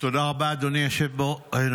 תודה רבה, אדוני היושב-ראש.